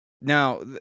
Now